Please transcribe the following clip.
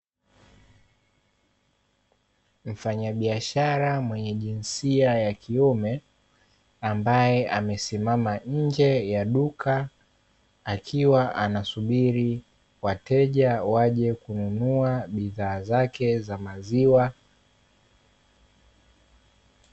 Mfanya biashara mwenye jinsia ya kiume, ambaye amesimama nje ya duka, akiwa anasubiri wateja waje kununua bidhaa zake za maziwa.